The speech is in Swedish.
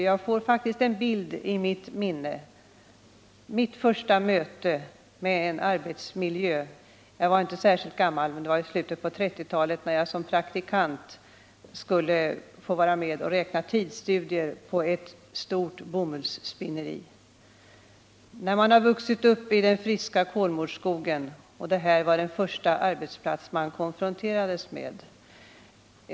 Jag får faktiskt en bild i mitt minne: Mitt första möte med en arbetsmiljö. Jag var inte särskilt gammal. Det var i slutet på 1930-talet, när jag som praktikant skulle få vara med och göra tidsstudier på ett stort bomullsspinneri. Jag har vuxit upp i den friska Kolmårdsskogen, och detta var den första arbetsplats jag konfronterades med.